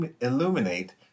illuminate